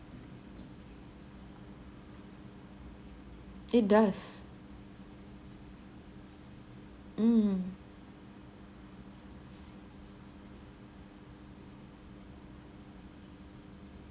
it does mm